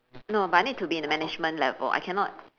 no but I need to be in the management level I cannot